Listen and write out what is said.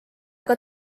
aga